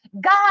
God